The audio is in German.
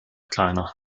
kleiner